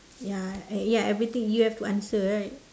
ya uh ya everything you have to answer right